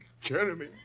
Jeremy